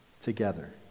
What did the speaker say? together